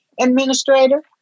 administrator